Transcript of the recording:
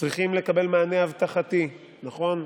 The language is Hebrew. צריכה לקבל מענה אבטחתי, נכון?